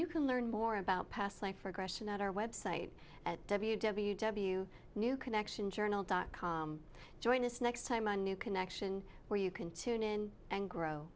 you can learn more about past life regression at our website at w w w new connection journal dot com join us next time a new connection where you can tune in and grow